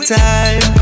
time